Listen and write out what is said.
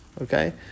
Okay